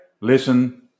listen